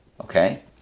Okay